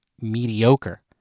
mediocre